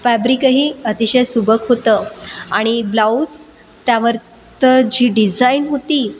फॅब्रिकही अतिशय सुबक होतं आणि ब्लाउज त्यावर तर जी डिझाईन होती